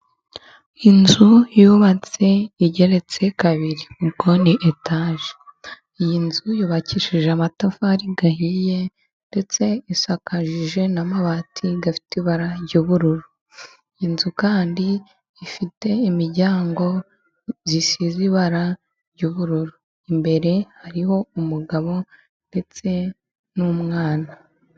Inzu yubatse igeretse kabiri ,ubwo ni etaje. lyi nzu yubakishije amatafari ahiye, ndetse isakaje n'amabati afite ibara ry'ubururu. Inzu kandi ifite imiryango isize ibara ry'ubururu, imbere hariho umugabo ndetse n'umwana.